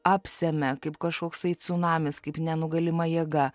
apsemia kaip kažkoksai cunamis kaip nenugalima jėga